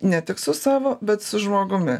ne tik su savo bet su žmogumi